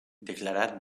declarat